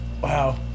Wow